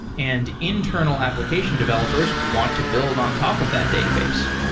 and internal application developers want to build on top of that database.